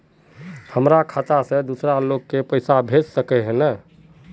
हमर खाता से दूसरा लोग के पैसा भेज सके है ने?